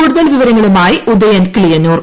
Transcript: കൂടുതൽ വിവരങ്ങളുമായി ഉദയൻ കിളിയന്നൂർ